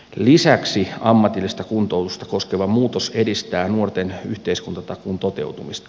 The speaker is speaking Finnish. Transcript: lisäksi ammatillista kuntoutusta koskeva muutos edistää nuorten yhteiskuntatakuun toteutumista